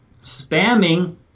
spamming